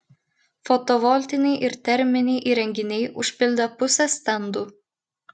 fotovoltiniai ir terminiai įrenginiai užpildė pusę stendų